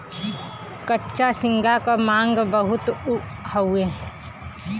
कच्चा झींगा क मांग बहुत हउवे